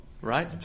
right